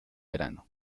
verano